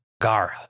Gara